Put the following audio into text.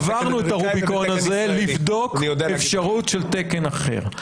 עברנו את הרוביקון הזה לבדוק אפשרות של תקן אחר.